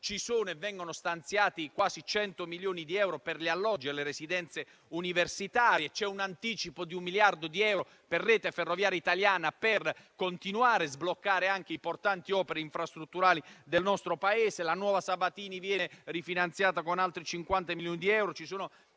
Sono stati stanziati quasi 100 milioni di euro per gli alloggi e le residenze universitarie. C'è l'anticipo di un miliardo di euro per Rete ferroviaria italiana per continuare a sbloccare importanti opere infrastrutturali del nostro Paese. La nuova Sabatini è stata rifinanziata con altri 50 milioni di euro.